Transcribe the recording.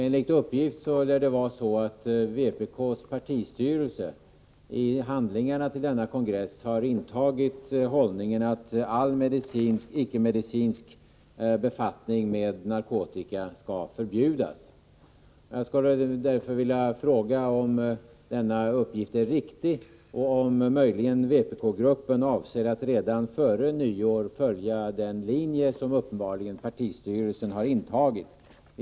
Enligt uppgift lär det vara så att vpk:s partistyrelse i Nr 56 handlingarna till denna kongress har intagit hållningen, att all icke-medicinsk författning med narkotika skall förbjudas. Jag skulle vilja fråga om denna uppgift är riktig och om möjligen vpk-gruppen avser att redan före nyår följa den linje som partistyrelsen uppenbarligen har slagit in på.